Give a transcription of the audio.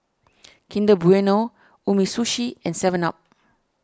Kinder Bueno Umisushi and Seven Up